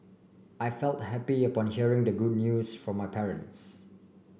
I felt happy upon hearing the good news from my parents